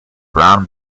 brown